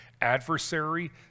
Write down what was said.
Adversary